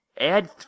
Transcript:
add